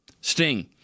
Sting